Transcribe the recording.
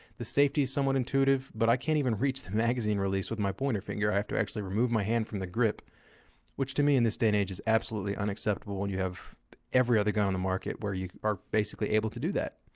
the safety's somewhat intuitive, but i can't even reach the magazine release with my pointer finger. i have to actually remove my hand from the grip which to me in this day and age is absolutely unacceptable when you have every other gun on the market where you are basically able to do that.